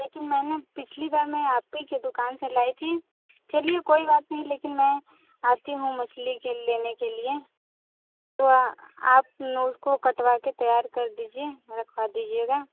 लेकिन मैंने पिछली बार मैं आप ही की दुकान से लाई थी चलिए कोई बात नहीं लेकिन मैं आती हूँ मछली के लेने के लिए तो आप उसको कटवा के तैयार कर दीजिए रखवा दीजिएगा